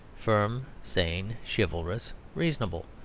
firm, sane, chivalrous, reasonable,